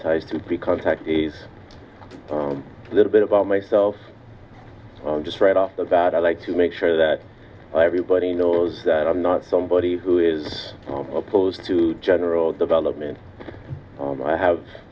ties to pre contact is a little bit about myself just right off the bat i like to make sure that everybody knows that i'm not somebody who is opposed to general development i have